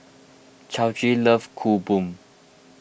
Chauncey loves Kueh Bom